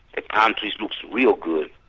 countrys looks real good.